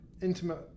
intimate